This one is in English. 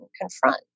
confront